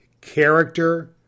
character